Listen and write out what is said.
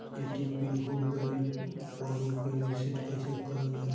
ATM pin भूल गईल पर ओके रीसेट कइसे कइल जाला?